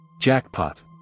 Jackpot